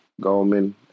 Goldman